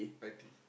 ninety